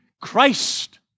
Christ